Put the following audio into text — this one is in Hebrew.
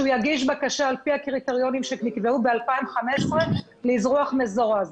שהוא יגיש בקשה על פי הקריטריונים שנקבעו ב-2015 לאזרוח מזורז.